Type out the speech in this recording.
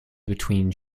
between